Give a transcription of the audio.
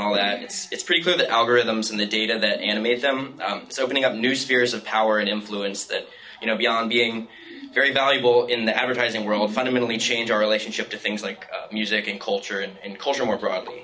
all that it's pretty clear that algorithms and the data that animates them it's opening up new spheres of power and influence that you know beyond being very valuable in the advertising world fundamentally change our relationship to things like music and culture and culture more probably